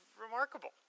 remarkable